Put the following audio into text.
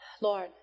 Lord